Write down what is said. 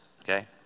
Okay